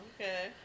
Okay